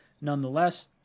nonetheless